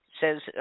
says